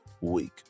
week